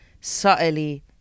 subtly